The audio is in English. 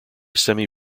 semi